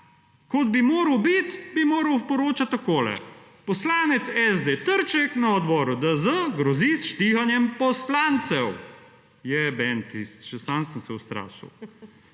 kot bi moral biti, bi moral poročati takole: »Poslanec SD Trček na odboru DZ grozi s štihanjem poslancev.« Jebemti, še sam sem se ustrašil.